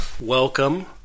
Welcome